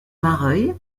mareuil